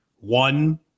one